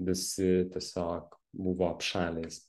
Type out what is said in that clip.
visi tiesiog buvo apšalę jis